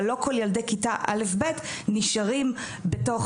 אבל לא כל ילדי כיתה א'-ב' נשארים בתוך